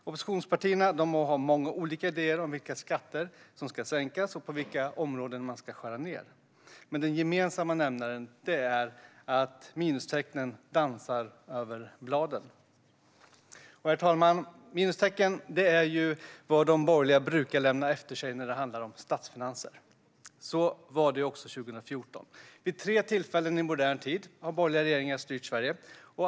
Oppositionspartierna må ha många olika idéer om vilka skatter som ska sänkas och på vilka områden man ska skära ned, men den gemensamma nämnaren är att minustecknen dansar över bladen. Herr talman! Minustecken är vad de borgerliga brukar lämna efter sig när det handlar om statsfinanser. Så var det också 2014. Vid tre tillfällen i modern tid har borgerliga regeringar styrt Sverige.